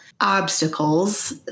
obstacles